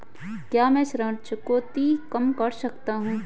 क्या मैं ऋण चुकौती कम कर सकता हूँ?